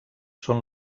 són